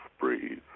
breathe